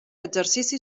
exercici